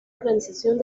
organización